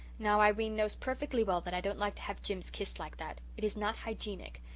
now, irene knows perfectly well that i don't like to have jims kissed like that. it is not hygienic.